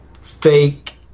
fake